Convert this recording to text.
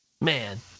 man